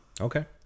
Okay